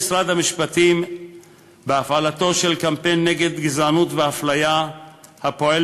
ממשיך משרד המשפטים בהפעלתו של קמפיין נגד גזענות ואפליה הפועל